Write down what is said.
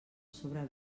sobre